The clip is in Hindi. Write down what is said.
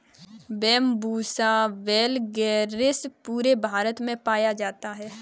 बैम्ब्यूसा वैलगेरिस पूरे भारत में पाया जाता है